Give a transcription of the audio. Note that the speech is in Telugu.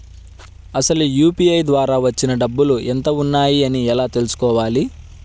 అసలు యూ.పీ.ఐ ద్వార వచ్చిన డబ్బులు ఎంత వున్నాయి అని ఎలా తెలుసుకోవాలి?